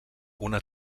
una